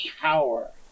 power